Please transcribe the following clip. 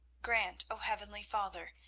grant, o heavenly father,